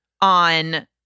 on